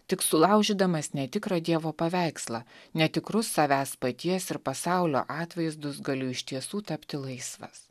tik sulaužydamas netikrą dievo paveikslą netikrus savęs paties ir pasaulio atvaizdus galiu iš tiesų tapti laisvas